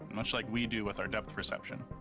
much like we do with our depth perception,